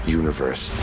universe